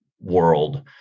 world